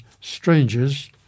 strangers